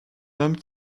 homme